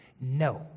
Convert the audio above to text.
no